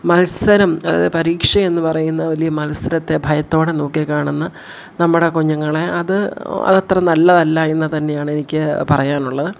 മത്സരം അത് പരീക്ഷയെന്നു പറയുന്ന വലിയ മത്സരത്തെ ഭയത്തോടെ നോക്കിക്കാണുന്ന നമ്മുടെ കുഞ്ഞുങ്ങളേ അത് അതത്ര നല്ല തല്ല എന്നു തന്നെയാണെനിക്ക് പറയാനുള്ളത്